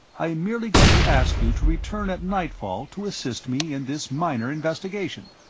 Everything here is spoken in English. i am merely going to ask you to return at nightfall to assist me in this minor investigation.